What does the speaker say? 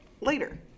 later